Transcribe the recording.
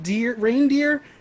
reindeer